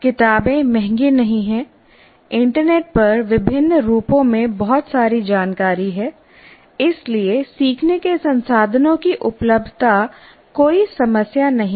किताबें महंगी नहीं हैं इंटरनेट पर विभिन्न रूपों में बहुत सारी जानकारी है इसलिए सीखने के संसाधनों की उपलब्धता कोई समस्या नहीं है